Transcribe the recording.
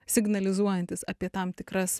signalizuojantys apie tam tikras